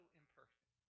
imperfect